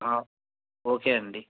ఆ ఓకే అండి